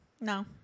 No